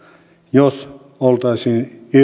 jos olisimme irti eusta tämän